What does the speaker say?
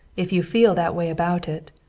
if you feel that way about it!